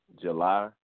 July